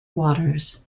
waters